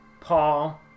Paul